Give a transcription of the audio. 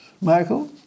Michael